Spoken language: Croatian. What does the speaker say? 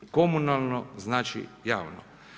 Komunalno znači javno.